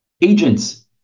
agents